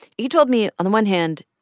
he told me on the one hand,